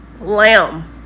lamb